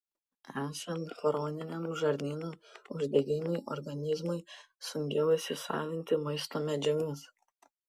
esant chroniniam žarnyno uždegimui organizmui sunkiau įsisavinti maisto medžiagas